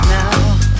now